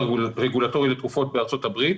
הרגולטורי לתרופות בארצות-הברית